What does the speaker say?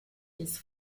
his